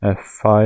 f5